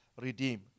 redeem